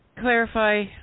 clarify